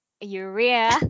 urea